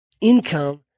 income